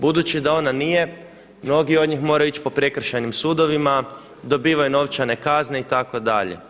Budući da ona nije mnogi od njih moraju ići po Prekršajnim sudovima, dobivaju novčane kazne itd.